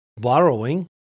borrowing